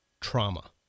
trauma